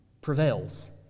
prevails